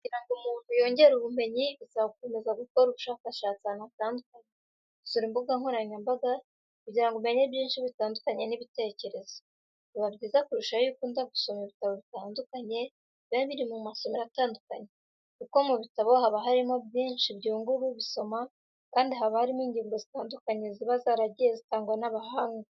Kugira ngo umuntu yongere ubumenyi bisaba gukomeza gukora ubushakashatsi ahantu hatandukanye, gusura imbuga nkoranyambaga kugira ngo umenye byinshi bitandukanye n'ibitekerezo. Biba byiza kurushaho iyo ukunda gusoma ibitabo bitandukanye biba biri mu masomero atandukanye, kuko mu bitabo haba harimo byinshi byungura ubisoma kandi haba harimo ingingo zitandukanye ziba zaragiwe zitangwa n'abahanga.